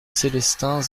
célestins